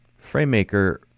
FrameMaker